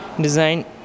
design